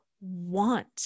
want